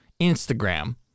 Instagram